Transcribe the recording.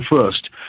first